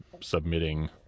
submitting